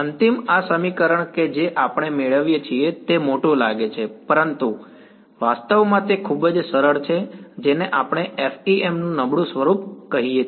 અંતિમ આ સમીકરણ કે જે આપણે મેળવીએ છીએ તે મોટું લાગે છે પરંતુ વાસ્તવમાં તે ખૂબ જ સરળ છે જેને આપણે FEM નું નબળું સ્વરૂપ કહીએ છીએ